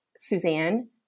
Suzanne